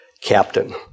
captain